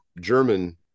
German